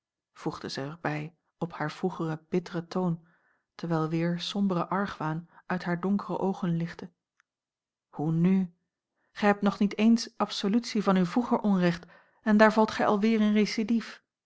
voegde zij er bij op haar vroegeren bitteren toon terwijl weer sombere argwaan uit hare donkere oogen lichtte hoe nu gij hebt nog niet eens absolutie van uw vroeger onrecht en daar valt gij alweer in récidive